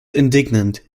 indignant